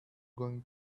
going